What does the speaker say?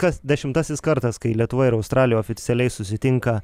kas dešimtasis kartas kai lietuva ir australija oficialiai susitinka